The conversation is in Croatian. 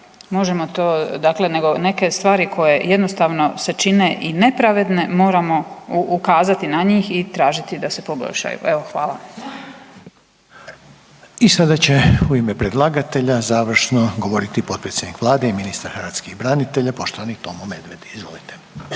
možemo to, dakle neke stvari koje jednostavno se čine i nepravedne moramo ukazati na njih i tražiti da se poboljšaju. Evo, hvala. **Reiner, Željko (HDZ)** I sada će u ime predlagatelja završno govoriti potpredsjednik Vlade i ministar hrvatskih branitelja, poštovani Tomo Medved. Izvolite.